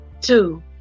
two